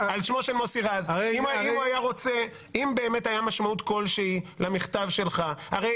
אם באמת הייתה משמעות כלשהי למכתב שלך.